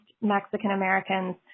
Mexican-Americans